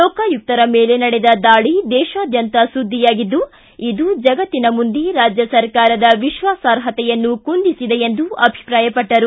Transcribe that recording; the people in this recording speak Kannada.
ಲೋಕಾಯುಕ್ತರ ಮೇಲೆ ನಡೆದ ದಾಳಿ ದೇಶಾದ್ಯಂತ ಸುದ್ದಿಯಾಗಿದ್ದು ಇದು ಜಗತ್ತಿನ ಮುಂದೆ ರಾಜ್ಯ ಸರ್ಕಾರದ ವಿಶ್ವಾಸಾರ್ಹತೆಯನ್ನು ಕುಂದಿಸಿದೆ ಎಂದು ಅಭಿಪ್ರಾಯಪಟ್ಟರು